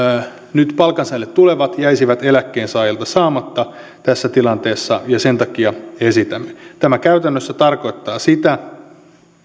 nyt palkansaajille tulevat jäisivät eläkkeensaajilta saamatta tässä tilanteessa ja sen takia tätä esitämme tämä käytännössä tarkoittaa sitä